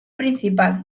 principal